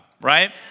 right